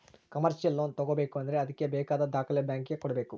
commercial loan ತಗೋಬೇಕು ಅಂದ್ರೆ ಅದ್ಕೆ ಬೇಕಾದ ದಾಖಲೆ ಬ್ಯಾಂಕ್ ಗೆ ಕೊಡ್ಬೇಕು